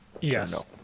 Yes